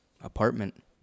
apartment